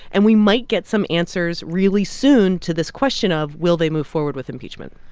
and we might get some answers really soon to this question of, will they move forward with impeachment?